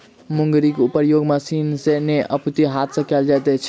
मुंगरीक प्रयोग मशीन सॅ नै अपितु हाथ सॅ कयल जाइत अछि